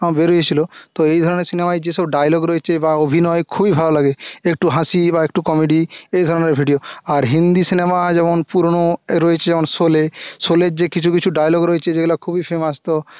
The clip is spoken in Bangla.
বেরিয়ে ছিল তো এই ধরনের সিনেমায় যে সব ডায়লগ রয়েছে বা অভিনয় খুবই ভালো লাগে একটু হাসি বা একটু কমেডি এই ধরনের ভিডিও আর হিন্দি সিনেমা যেমন পুরোনো রয়েছে যেমন শোলে শোলের যে কিছু কিছু ডায়লগ রয়েছে যেগুলো খুবই ফেমাস তো